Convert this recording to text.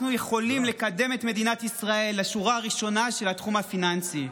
אנחנו יכולים לקדם את מדינת ישראל לשורה הראשונה של התחום הפיננסי.